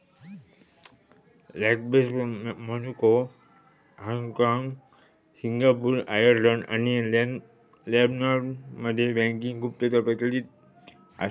Luxembourg, Monaco, हाँगकाँग, Singapore, Ireland आणि लेबनॉनमध्ये बँकिंग गुप्तता प्रचलित असा